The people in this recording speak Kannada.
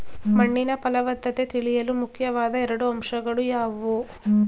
ಮಣ್ಣಿನ ಫಲವತ್ತತೆ ತಿಳಿಯಲು ಮುಖ್ಯವಾದ ಎರಡು ಅಂಶಗಳು ಯಾವುವು?